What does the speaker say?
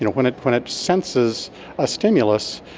ah when it when it senses a stimulus,